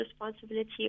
responsibility